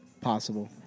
Possible